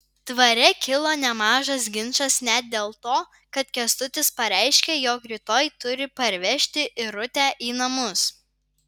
dvare kilo nemažas ginčas net dėl to kad kęstutis pareiškė jog rytoj turi parvežti irutę į namus